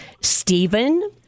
Stephen